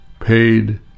paid